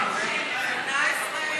17,